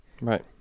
Right